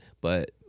but-